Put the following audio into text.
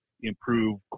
improve